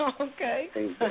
Okay